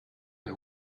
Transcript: per